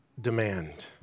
demand